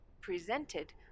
presented